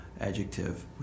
adjective